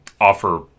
offer